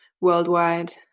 worldwide